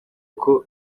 uko